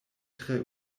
tre